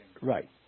Right